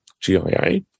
GIA